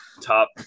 top –